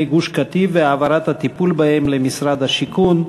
גוש-קטיף והעברת הטיפול בהם למשרד השיכון.